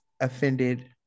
offended